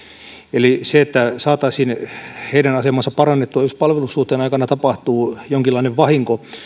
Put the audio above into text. eli siinä että saataisiin heidän asemaansa parannettua jos palvelussuhteen aikana tapahtuu jonkinlainen vahinko